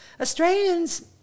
Australians